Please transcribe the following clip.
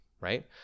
right